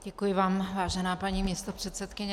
Děkuji vám, vážená paní místopředsedkyně.